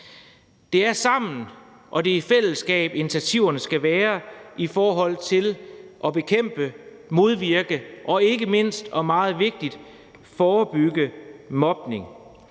Det er sammen, og det er i fællesskab, at initiativerne skal være i forhold til at bekæmpe, modvirke og ikke mindst og meget vigtigt at forebygge mobning.